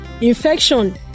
infection